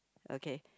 okay